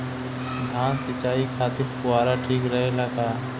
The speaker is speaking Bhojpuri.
धान सिंचाई खातिर फुहारा ठीक रहे ला का?